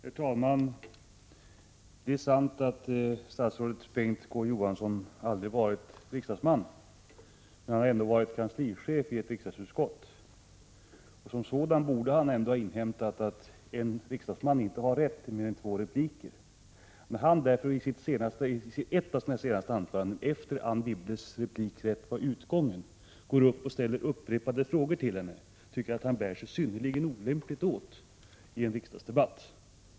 Herr talman! Det är sant att statsrådet Bengt K. Å. Johansson aldrig har varit riksdagsman. Han har dock varit kanslichef i ett riksdagsutskott, och som sådan borde han ha inhämtat att en riksdagsledamot inte har rätt till mer än två repliker. När han därför i sitt senaste anförande, efter det att Anne Wibbles replikrätt var utgången, ställde upprepade frågor till henne, tycker jag att han bar sig synnerligen olämpligt åt i en riksdagsdebatt.